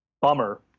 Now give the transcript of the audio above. bummer